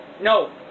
No